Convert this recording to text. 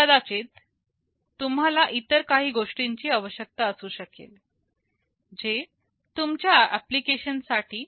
कदाचित तुम्हाला इतर काही गोष्टींची आवश्यकता असू शकेल जे तुमच्या एप्लीकेशन साठी